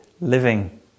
living